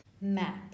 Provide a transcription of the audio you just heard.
Map